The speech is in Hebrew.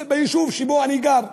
ביישוב שבו אני גר.